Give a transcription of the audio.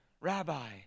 rabbi